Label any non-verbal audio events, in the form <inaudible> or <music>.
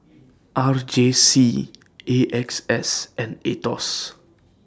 R J C <noise> A X S and Aetos